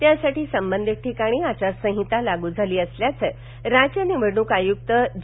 त्यासाठ अंबंधित ठिकाण आचारसंहिता लागू झाला असल्याचं असं राज्य निवडणूक आयुक्त ज